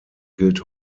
gilt